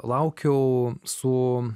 laukiau su